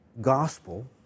gospel